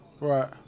Right